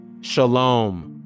Shalom